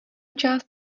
část